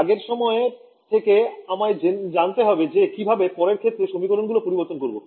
আগের সময়ের থেকে আমায় জানতে হবে যে কিভাবে পরের ক্ষেত্রে সমীকরণগুলো পরিবর্তন করবো